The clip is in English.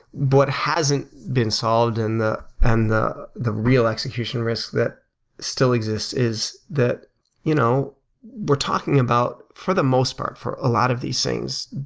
what hasn't been solved and in and the the real execution risk that still exists is that you know we're talking about, for the most part, for a lot of these things,